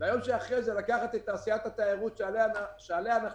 ביום שאחרי זה לקחת את תעשיית התיירות שעליה אנחנו